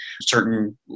certain